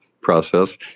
process